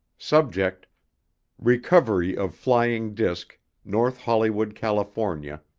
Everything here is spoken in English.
subject recovery of flying disc north hollywood, california,